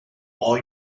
all